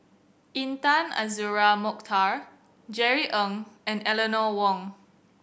Intan Azura Mokhtar Jerry Ng and Eleanor Wong